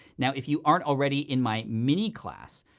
now, if you aren't already in my mini class,